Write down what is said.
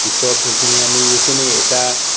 পিছত সেইখিনি আমি এইখিনি এটা